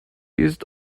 east